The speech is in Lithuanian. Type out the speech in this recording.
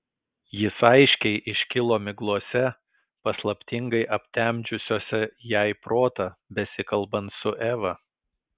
jis aiškiai iškilo miglose paslaptingai aptemdžiusiose jai protą besikalbant su eva